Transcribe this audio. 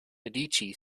medici